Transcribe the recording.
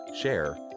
share